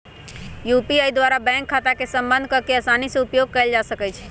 UPI द्वारा bank खता के संबद्ध कऽ के असानी से उपयोग कयल जा सकइ छै